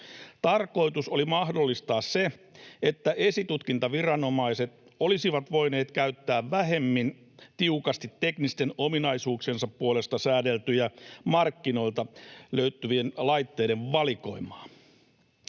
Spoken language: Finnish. Tarkoitus oli mahdollistaa se, että esitutkintaviranomaiset olisivat voineet käyttää vähemmän tiukasti teknisten ominaisuuksiensa puolesta säädeltyjen markkinoilta löytyvien laitteiden valikoimaa.